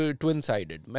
twin-sided